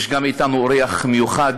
אתנו אורח מיוחד,